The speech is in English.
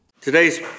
Today's